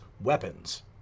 weapons